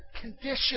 condition